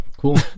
Cool